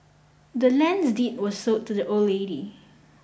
the land's deed was sold to the old lady